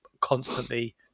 constantly